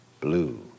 blue